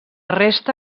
resta